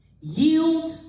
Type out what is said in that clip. yield